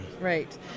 Right